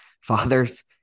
fathers